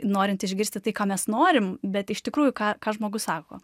norint išgirsti tai ko mes norim bet iš tikrųjų ką ką žmogus sako